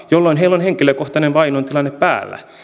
jolloin heillä on henkilökohtainen vainon tilanne päällä